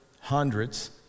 hundreds